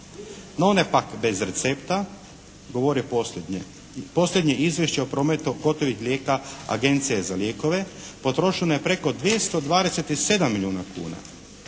No one pak bez recepta, govore posljednje. Posljednje izvješće o prometu gotovih lijeka Agencije za lijekove potrošeno je preko 227 milijuna kuna.